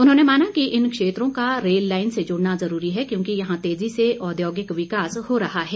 उन्होंने माना कि इन क्षेत्रों का रेल लाईन से जुड़ना जरूरी है क्योंकि यहां तेजी से औद्योगिक विकास हो रहा है